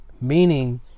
Meaning